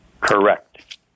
Correct